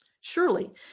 Surely